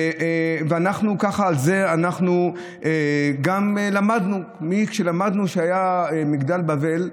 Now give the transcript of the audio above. ועל זה אנחנו גם למדנו שכשהיה מגדל בבל,